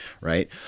right